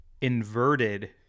inverted